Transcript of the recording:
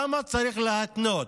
למה צריך להתנות